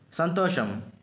సంతోషం